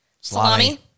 salami